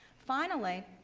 finally,